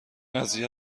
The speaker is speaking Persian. قضیه